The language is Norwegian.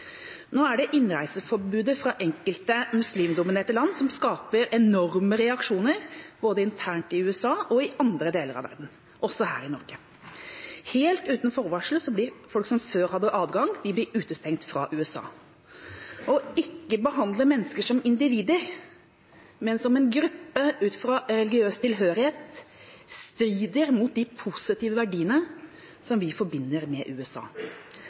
Nå er det innreiseforbudet fra enkelte muslimdominerte land som skaper enorme reaksjoner, både internt i USA og i andre deler av verden, også her i Norge. Helt uten forvarsel blir folk som før hadde adgang, utestengt fra USA. Å ikke behandle mennesker som individer, men som en gruppe ut fra religiøs tilhørighet strider mot de positive verdiene som vi forbinder med USA.